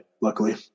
luckily